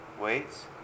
weights